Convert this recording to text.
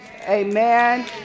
Amen